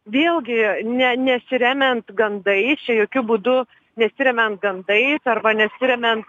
vėlgi ne nesiremiant gandais čia jokiu būdu nesiremiant gandais arba nesiremiant